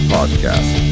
Podcast